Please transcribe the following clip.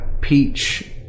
peach